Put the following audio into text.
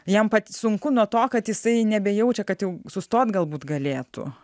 jam vat sunku nuo to kad jisai nebejaučia kad jau sustoti galbūt galėtų